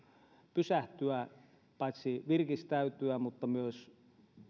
pysähtyä paitsi virkistäytyä myös